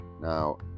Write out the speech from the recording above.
Now